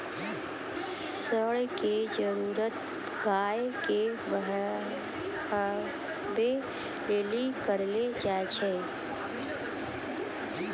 साँड़ा के जरुरत गाय के बहबै लेली करलो जाय छै